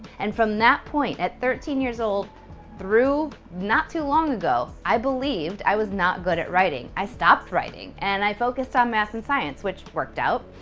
and from that point at thirteen years old through not too long ago i believed i was not good at writing. i stopped writing and i focused on math and science, which worked out.